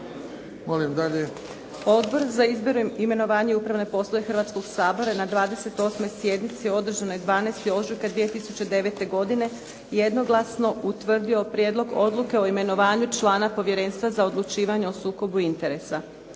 Odbor za izbor, imenovanja i upravne poslove Hrvatskog sabora je na 28. sjednici održanoj 12. ožujka 2009. godine jednoglasno utvrdio prijedlog odluke o imenovanju člana Povjerenstva za odlučivanje o sukobu interesa.